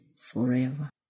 forever